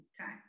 time